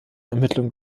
ermittlung